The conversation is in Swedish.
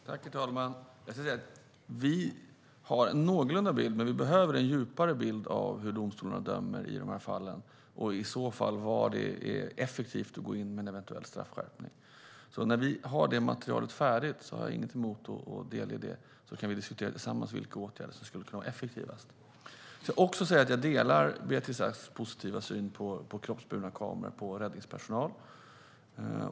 Herr talman! Jag ska säga att vi har en någorlunda bild, men vi behöver en djupare bild av hur domstolarna dömer i de här fallen och var det i så fall är effektivt att gå in med en eventuell straffskärpning. När vi har det materialet färdigt har jag inget emot att delge det. Då kan vi diskutera tillsammans vilka åtgärder som skulle kunna vara effektivast. Jag ska också säga att jag delar Beatrice Asks positiva syn på kroppsburna kameror på räddningspersonal.